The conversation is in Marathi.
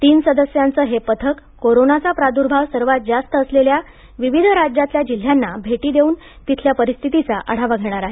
तीन सदस्यांचं हे पथक कोरोनाचा प्रादुर्भाव सर्वात जास्त असलेल्या विविध राज्यातल्या जिल्ह्यांना भेटी देऊन तिथल्या परिस्थितीचा आढावा घेणार आहेत